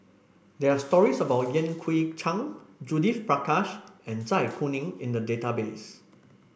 there are stories about Yan Kui Chang Judith Prakash and Zai Kuning in the database